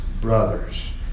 brothers